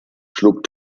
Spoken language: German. schlug